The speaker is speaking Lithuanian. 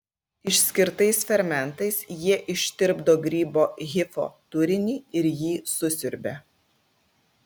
išskirtais fermentais jie ištirpdo grybo hifo turinį ir jį susiurbia